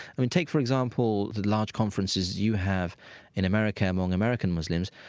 i mean, take, for example, the large conferences you have in america among american muslims.